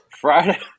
Friday –